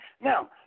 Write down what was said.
Now